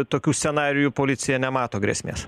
tokių scenarijų policija nemato grėsmės